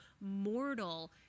mortal